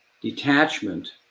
detachment